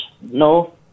no